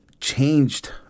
changed